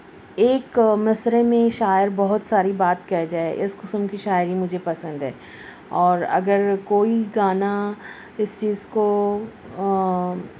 ایک مصرعے میں شاعر بہت ساری بات کہہ جائے اس قسم کی شاعری مجھے پسند ہے اور اگر کوئی گانا اس چیز کو